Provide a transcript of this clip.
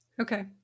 Okay